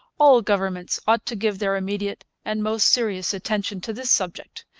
all governments ought to give their immediate and most serious attention to this subject,